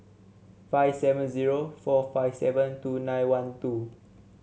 five seven zero four five seven two nine one two